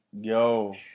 Yo